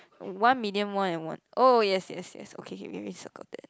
one medium more than one oh yes yes yes okay okay let me circle that